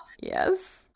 Yes